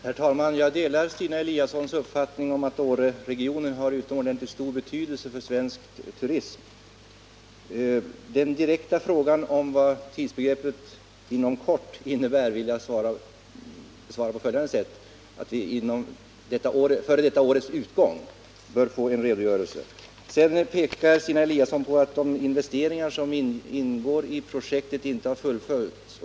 Herr talman! Jag delar Stina Eliassons uppfattning att Åreregionen har utomordentligt stor betydelse för svensk turism. På den direkta frågan om vad tidsbegreppet ”inom kort” här innebär vill jag svara att vi bör få en redogörelse före detta års utgång. Stina Eliasson pekade vidare på att de investeringar som ingår i projektet inte har fullföljts.